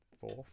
fourth